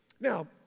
Now